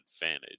advantage